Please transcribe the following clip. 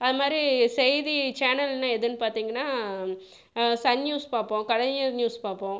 அதுமாதிரி செய்தி சேனல்னா எதுன்னு பார்த்தீங்கன்னா சன் நியூஸ் பார்ப்போம் கலைஞர் நியூஸ் பார்ப்போம்